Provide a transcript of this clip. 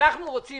אנחנו רוצים.